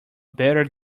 better